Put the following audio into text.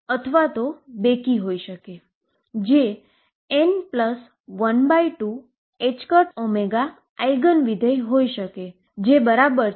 અને eigen value કે જે ક્વોન્ટમ સિસ્ટમ માટે સ્ટેશનરી સ્ટેટ એનર્જીને સંબંધિત છે